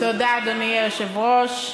אדוני היושב-ראש,